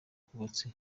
ubwubatsi